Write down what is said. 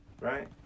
Right